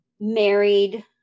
married